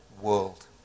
world